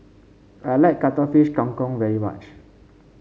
I like Cuttlefish Kang Kong very much